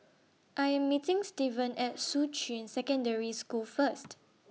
I Am meeting Steven At Shuqun Secondary School First